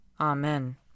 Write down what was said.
Amen